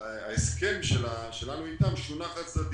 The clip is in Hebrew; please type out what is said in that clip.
וההסכם שלנו איתם שונה חד צדדית.